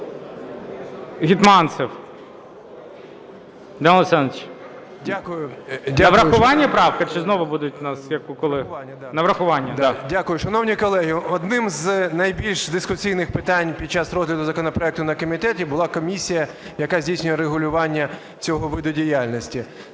Дякую. Шановні колеги, одним з найбільш дискусійних питань під час розгляду законопроекту на комітеті була комісія, яка здійснює регулювання цього виду діяльності.